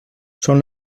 són